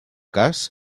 cas